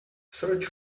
search